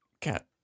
Cat